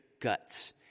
guts